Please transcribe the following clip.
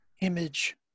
image